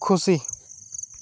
ᱠᱷᱩᱥᱤ